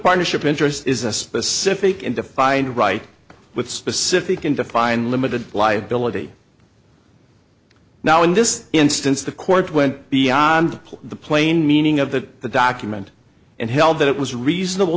partnership interest is a specific and defined right with specific and defined limited liability now in this instance the court went beyond the plain meaning of the document and held that it was reasonable